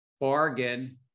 bargain